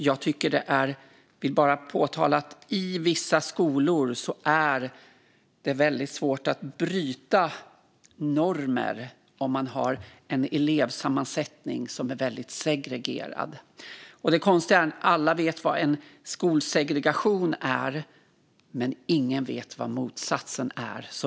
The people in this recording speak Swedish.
Jag vill påpeka att det i vissa skolor, om man har en elevsammansättning som är väldigt segregerad, är väldigt svårt att bryta normer. Det konstiga är att alla vet vad skolsegregation är, men ingen vet vad motsatsen är.